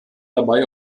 dabei